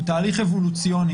הוא תהליך אבולוציוני.